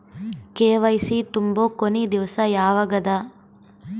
KYC ತುಂಬೊ ಕೊನಿ ದಿವಸ ಯಾವಗದ?